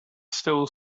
still